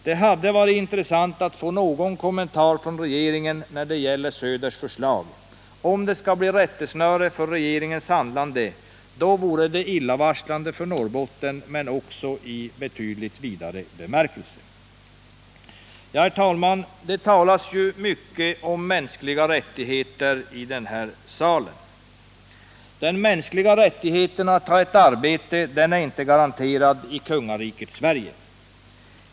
Det vore intressant att få någon kommentar från regeringen när det gäller Gunnar Söders förslag. Om det blir rättesnöret för regeringens handlande, vore det illavarslande för Norrbotten men också i betydligt vidare bemärkelse. Herr talman! Det talas mycket om mänskliga rättigheter i denna sal. Den mänskliga rättigheten att ha ett arbete är inte garanterad i kungariket Sverige.